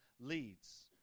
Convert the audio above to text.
leads